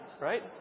right